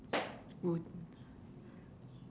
would